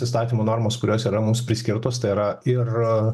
įstatymo normas kurios yra mums priskirtos tai yra ir